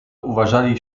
uważali